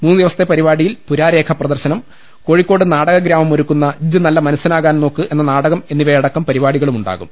മൂന്നു ദിവസത്തെ പരിപാടിയിൽ പുരാരേഖാ പ്രദർശനം കോഴിക്കോട് നാടകഗ്രാമം ഒരുക്കുന്ന ജ്ജ് നല്ല മന്സനാകാൻ നോക്ക് എന്ന നാടകം എന്നിവയടക്കം പരിപാടികളുമുണ്ടാകും